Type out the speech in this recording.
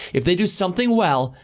if they do something well,